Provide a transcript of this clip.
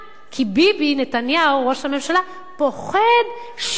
כי ביבי נתניהו, ראש הממשלה, פוחד שמא